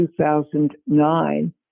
2009